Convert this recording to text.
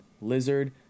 Lizard